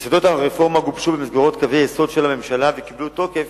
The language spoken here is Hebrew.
יסודות הרפורמה גובשו במסגרות קווי יסוד של הממשלה וקיבלו תוקף